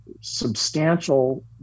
substantial